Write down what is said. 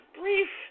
brief